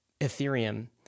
Ethereum